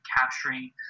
capturing